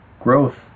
growth